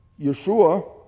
Yeshua